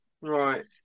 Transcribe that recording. right